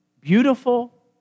beautiful